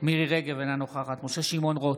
מירי מרים רגב, אינה נוכחת משה רוט,